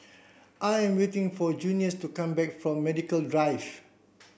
I am waiting for Junius to come back from Medical Drive